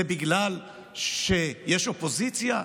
זה בגלל שיש אופוזיציה?